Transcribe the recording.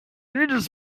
jedes